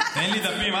אין לי דפים.